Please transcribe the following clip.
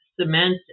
cement